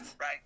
Right